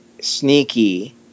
sneaky